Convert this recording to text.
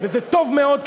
וזה טוב מאוד,